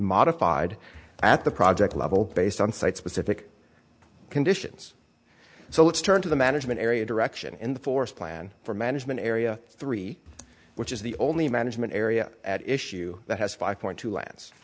modified at the project level based on site specific conditions so let's turn to the management area direction in the forest plan for management area three which is the only management area at issue that has five point two l